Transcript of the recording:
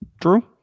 True